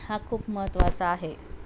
हा खूप महत्त्वाचा आहे